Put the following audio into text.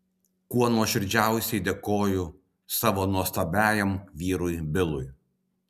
kuo nuoširdžiausiai dėkoju savo nuostabiajam vyrui bilui